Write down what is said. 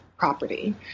Property